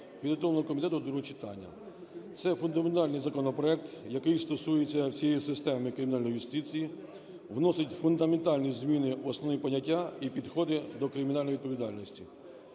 підготовлений комітетом до другого читання. Це – фундаментальний законопроект, який стосується всієї системи кримінальної юстиції, вносить фундаментальні зміни в основні поняття і підходи до кримінальної відповідальності.